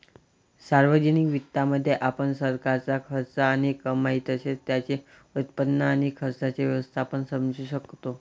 सार्वजनिक वित्तामध्ये, आपण सरकारचा खर्च आणि कमाई तसेच त्याचे उत्पन्न आणि खर्चाचे व्यवस्थापन समजू शकतो